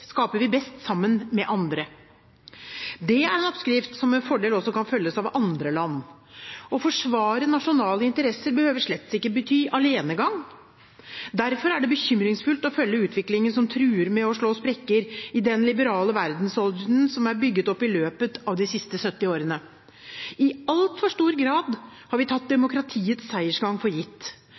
sammen med andre.» Det er en oppskrift som med fordel også kan følges av andre land. Å forsvare nasjonale interesser behøver slett ikke bety alenegang. Derfor er det bekymringsfullt å følge utviklingen som truer med å slå sprekker i den liberale verdensordenen, som er bygget opp i løpet av de siste 70 årene. I altfor stor grad har vi tatt demokratiets seiersgang for gitt.